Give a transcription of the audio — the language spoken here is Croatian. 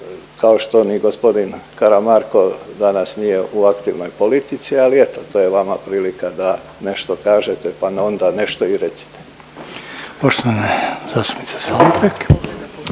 kao što ni gospodin Karamarko danas nije u aktivnoj politici ali eto to je vama prilika da nešto kažete pa na onda nešto i recite.